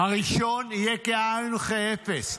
הראשון יהיה כאין וכאפס.